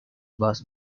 bass